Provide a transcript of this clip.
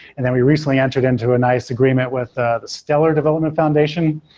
and then we recently entered into a nice agreement with the stellar development foundation.